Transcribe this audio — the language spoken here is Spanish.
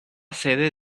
sede